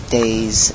days